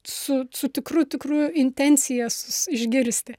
su su tikru tikru intencijas išgirsti